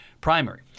primary